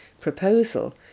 proposal